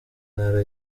ntara